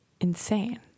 insane